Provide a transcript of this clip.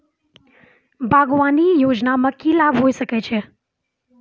बागवानी योजना मे की लाभ होय सके छै?